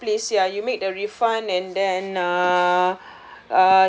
yes please ya you made the refund and then uh